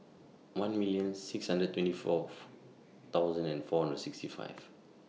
one million six hundred twenty Fourth thousand and four and sixty five